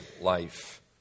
life